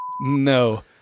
No